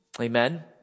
Amen